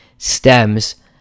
stems